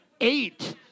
eight